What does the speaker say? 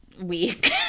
week